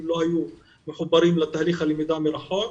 לא היו מחוברים לתהליך הלמידה מרחוק.